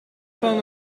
van